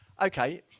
Okay